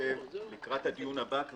לקראת הדיון הבא,